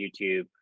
YouTube